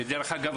דרך אגב,